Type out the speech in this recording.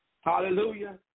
Hallelujah